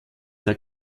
der